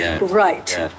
Right